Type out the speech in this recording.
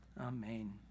Amen